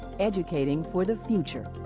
educating for the future.